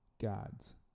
gods